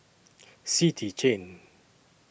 City Chain